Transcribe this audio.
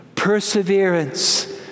Perseverance